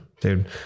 Dude